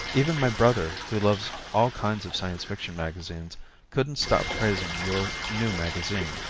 even my brother who loves all kinds of science fiction magazines couldn't stop praising your new magazine.